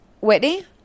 Whitney